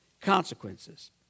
consequences